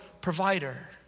provider